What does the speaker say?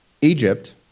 Egypt